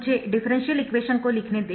मुझे differential equation को लिखने दें